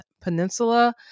Peninsula